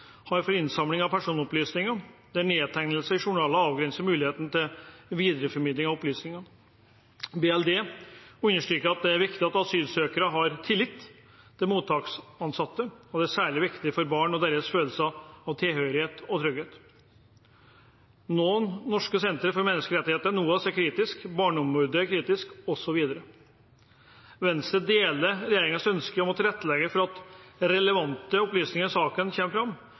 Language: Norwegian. har for innsamling av personopplysninger, der nedtegnelse i journal avgrenser muligheten til videreformidling av opplysninger. Barne- og likestillingsdepartementet understreker at det er viktig at asylsøkere har tillit til mottaksansatte, og at det er særlig viktig for barn og deres følelse av tilhørighet og trygghet. Noen norske sentre for menneskerettigheter, som NOAS, er kritiske, Barneombudet er kritisk osv. Venstre deler regjeringens ønske om å tilrettelegge for at relevante opplysninger i saken kommer fram,